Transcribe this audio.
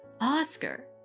Oscar